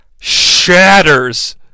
shatters